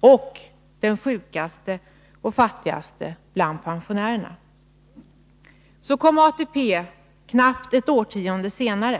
och den sjukaste och fattigaste bland pensionärerna skulle få tillgång till den. Så kom ATP, knappt ett årtionde senare.